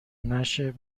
نشه